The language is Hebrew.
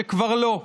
שכבר לא,